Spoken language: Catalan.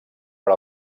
per